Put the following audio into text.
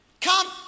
Come